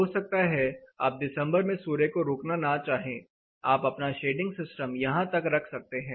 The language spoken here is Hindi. हो सकता है आप दिसंबर में सूर्य को रोकना ना चाहे आप अपना शेडिंग सिस्टम यहां तक रख सकते हैं